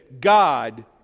God